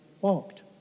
walked